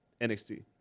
NXT